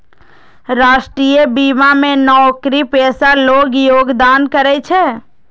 राष्ट्रीय बीमा मे नौकरीपेशा लोग योगदान करै छै